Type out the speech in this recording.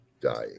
Dying